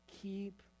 keep